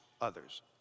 others